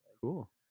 Cool